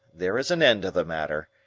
there is an end of the matter.